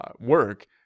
work